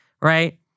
right